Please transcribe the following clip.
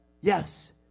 Yes